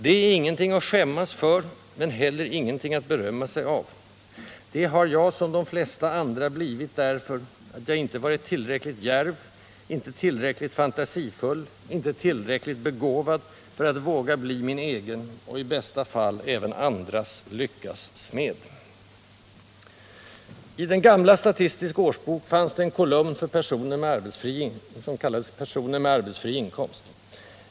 Det är ingenting att skämmas för men heller ingenting att berömma sig av — det har jag som de flesta andra blivit därför att jag inte varit tillräckligt djärv, inte tillräckligt fantasifull, inte tillräckligt begåvad för att våga bli min egen — och i bästa fall även andras — lyckas smed. I den gamla Statistisk årsbok fanns det en kolumn för ”personer med arbetsfri inkomst”.